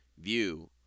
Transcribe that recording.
view